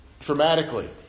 traumatically